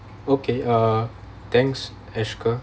okay uh thanks ashger